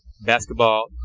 basketball